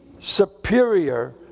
superior